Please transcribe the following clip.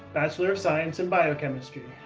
bachelor of science in biochemistry,